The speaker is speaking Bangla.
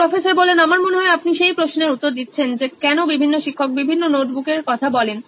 অধ্যাপক আমার মনে হয়আপনি সেই প্রশ্নের উত্তর দিচ্ছেন যে কেন বিভিন্ন শিক্ষক বিভিন্ন নোটবুকের কথা বলেন